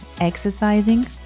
exercising